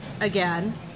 again